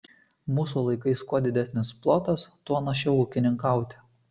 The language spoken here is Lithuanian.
mūsų laikais kuo didesnis plotas tuo našiau ūkininkauti